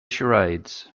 charades